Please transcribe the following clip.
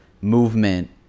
movement